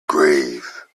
grave